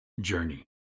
journey